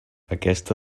aquesta